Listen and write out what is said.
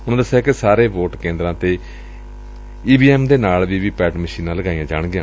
ਉਨਾਂ ਦਸਿਆ ਕਿ ਸਾਰੇ ਵੋਟ ਕੇਂਦਰਾਂ ਤੇ ਈ ਵੀ ਐਮ ਦੇ ਨਾਲ ਵੀ ਵੀ ਪੈਟ ਮਸ਼ੀਨਾਂ ਵੀ ਲਗਾਈਆਂ ਜਾਣਗੀਆਂ